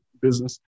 business